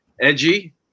edgy